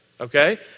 okay